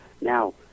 Now